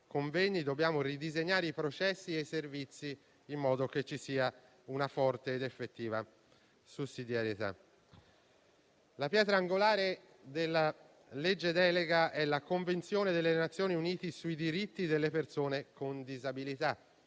dobbiamo ridisegnare i processi e i servizi in modo che ci sia una forte ed effettiva sussidiarietà. La pietra angolare della legge delega è la Convenzione delle Nazioni Unite sui diritti delle persone con disabilità.